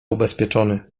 ubezpieczony